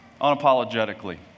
unapologetically